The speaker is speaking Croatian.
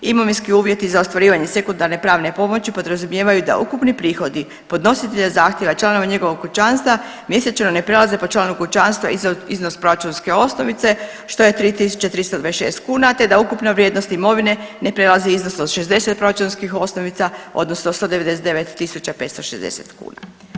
Imovinski uvjeti za ostvarivanje sekundarne pomoći podrazumijevaju da ukupni prihodi podnositelja zahtjeva i članova njegovog kućanstva mjesečno ne prelaze po članu kućanstva iznos proračunske osnovice što je 3.326 kuna te da ukupna vrijednost imovine ne prelazi iznos od 60 proračunskih osnovica odnosno 199.560 kuna.